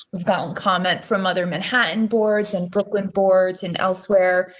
found comment from other manhattan boards and brooklyn boards and elsewhere.